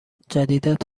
جدیدت